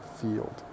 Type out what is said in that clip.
field